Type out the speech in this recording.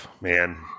Man